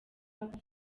papa